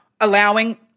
allowing